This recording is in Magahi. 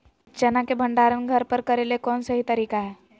चना के भंडारण घर पर करेले कौन सही तरीका है?